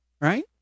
right